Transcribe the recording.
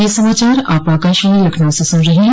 ब्रे क यह समाचार आप आकाशवाणी लखनऊ से सुन रहे हैं